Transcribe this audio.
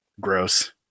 Gross